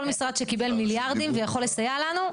כל משרד שקיבל מיליארדים ויכול לסייע לנו,